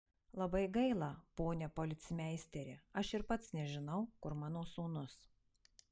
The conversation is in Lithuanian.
labai gaila pone policmeisteri aš ir pats nežinau kur mano sūnus